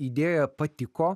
idėja patiko